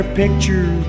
picture